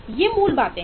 ये मूल बातें हैं